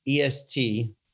EST